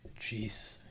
Jeez